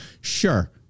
sure